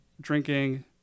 drinking